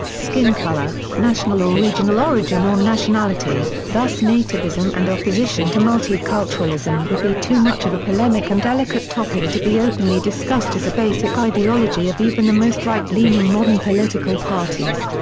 skin color, national or regional origin or nationality, thus nativism and opposition to multiculturalism would be too much of a polemic and delicate topic to be openly discussed as a basic ideology of even the most right-leaning modern political parties.